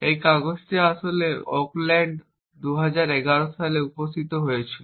এই কাগজটি আসলে ওকল্যান্ড 2011 এ উপস্থাপিত হয়েছিল